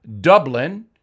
Dublin